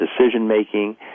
decision-making